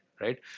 right